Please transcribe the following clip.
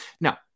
Now